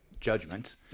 judgment